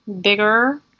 bigger